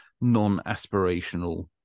non-aspirational